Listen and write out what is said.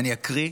אקריא.